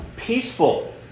Peaceful